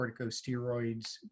corticosteroids